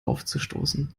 aufzustoßen